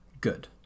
good